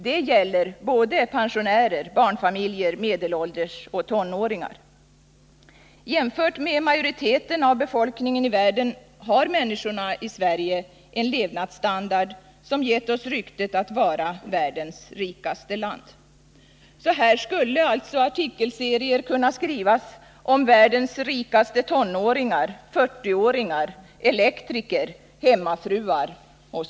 Det gäller pensionärer, barnfamiljer, medelålders och tonåringar. Jämfört med majoriteten av befolkningen i världen har människorna i Sverige en levnadsstandard som gjort att Sverige har rykte om sig att vara världens rikaste land. Artikelserier skulle därför kunna skrivas om världens rikaste tonåringar, 40-åringar, elektriker, hemmafruar etc.